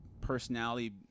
personality